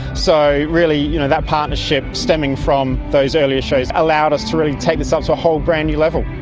so really you know that partnership stemming from those earlier shows allowed us to really take this up to a whole brand new level.